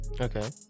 Okay